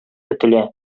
көтелә